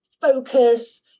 focus